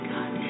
God